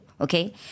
okay